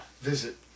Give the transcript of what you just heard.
visit